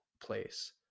place